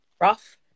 rough